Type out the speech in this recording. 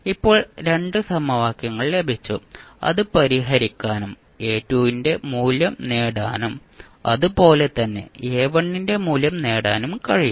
ഇപ്പോൾ 2 സമവാക്യങ്ങൾ ലഭിച്ചു അത് പരിഹരിക്കാനും A2 ന്റെ മൂല്യം നേടാനും അതുപോലെ തന്നെ A1 ന്റെ മൂല്യം നേടാനും കഴിയും